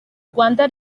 rwanda